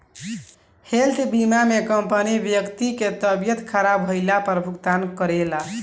health बीमा में company व्यक्ति के तबियत ख़राब भईला पर भुगतान करेला